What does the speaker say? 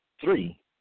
three